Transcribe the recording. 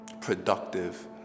productive